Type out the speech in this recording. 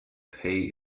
pay